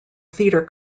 theatre